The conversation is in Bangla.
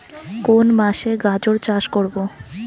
কোন মাসে গাজর চাষ করব?